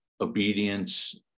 obedience